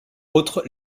autres